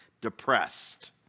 Depressed